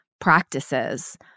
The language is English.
practices